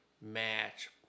match